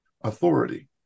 authority